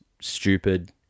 stupid